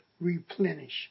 replenish